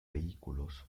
vehículos